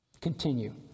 Continue